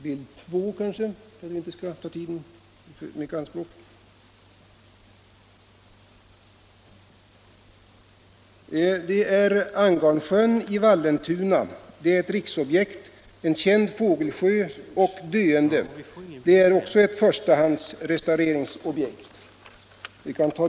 Bild 2 visar Angarnsjön i Vallentuna. Det är ett riksobjekt — en känd fågelsjö som är döende. Detta är också ett första hands restaureringsobjekt.